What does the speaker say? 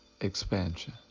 expansion